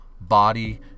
body